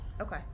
Okay